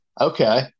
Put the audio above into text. Okay